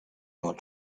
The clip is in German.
nur